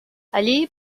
allí